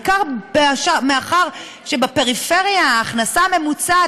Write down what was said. בעיקר מאחר שבפריפריה ההכנסה הממוצעת